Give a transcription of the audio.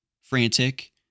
Frantic